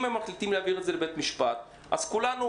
אם הם מחליטים להעביר את זה לבית המשפט אז כולנו